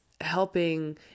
Helping